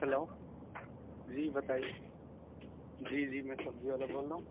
hello جی بتائیے جی جی میں سبزی والا بول رہا ہوں